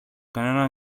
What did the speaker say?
κανένα